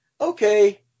Okay